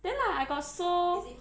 then like I got so